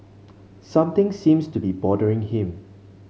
something seems to be bothering him